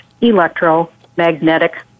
Electromagnetic